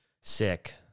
sick